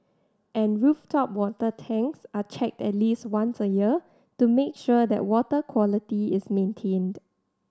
and rooftop water tanks are checked at least once a year to make sure that water quality is maintained